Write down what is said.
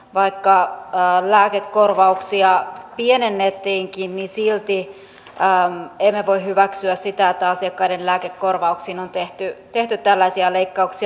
vaikka lääkekorvaussäästöä pienennettiinkin niin silti emme voi hyväksyä sitä että asiakkaiden lääkekorvauksiin on tehty tällaisia leikkauksia